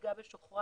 נהיגה בשוכרה,